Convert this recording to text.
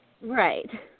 Right